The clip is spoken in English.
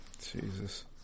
Jesus